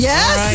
Yes